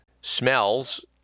smells